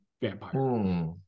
vampire